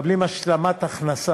אחרי הכול,